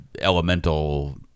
elemental